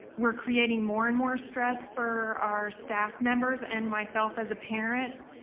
we're creating more and more stress for our staff members and myself as a parent.